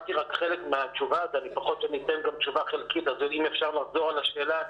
שמעתי רק חלק מהשאלה, אפשר בבקשה לחזור על השאלה?